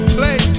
play